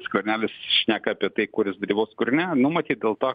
skvernelis šneka apie tai kur jis dalyvaus kur ne nu matyt dėl to